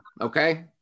okay